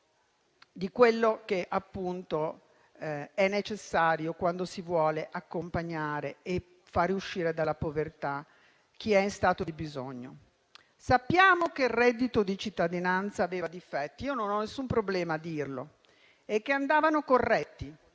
ciò che è necessario quando si vuole accompagnare e fare uscire dalla povertà chi è in stato di bisogno. Sappiamo che il reddito di cittadinanza aveva dei difetti, non ho nessun problema a dirlo, che andavano corretti.